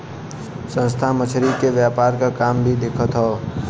संस्था मछरी के व्यापार क काम भी देखत हौ